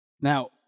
Now